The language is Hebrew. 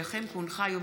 הודעה למזכירת הכנסת.